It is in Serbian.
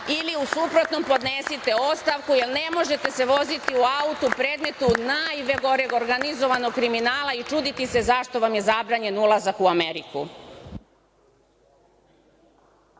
ili u suprotnom podnesite ostavku, jer ne možete se voziti u autu, predmetu najgoreg organizovanog kriminala i čuditi se zašto vam je zabranjen ulazak u Ameriku.